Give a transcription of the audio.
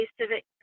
Civic